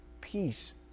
Peace